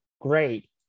great